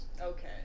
Okay